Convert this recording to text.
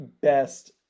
best